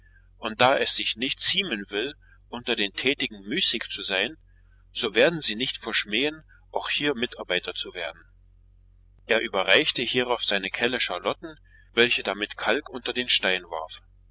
und da es sich nicht ziemen will unter den tätigen müßig zu sein so werden sie nicht verschmähen auch hier mitarbeiter zu werden er überreichte hierauf seine kelle charlotten welche damit kalk unter den stein warf